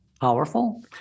powerful